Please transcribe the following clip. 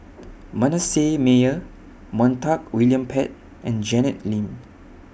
Manasseh Meyer Montague William Pett and Janet Lim